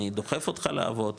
אני דוחף אותך לעבוד,